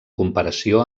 comparació